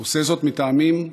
הוא עושה זאת מטעמים מקצועיים,